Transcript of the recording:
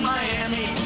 Miami